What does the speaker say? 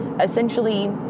essentially